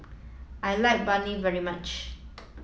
I like Biryani very much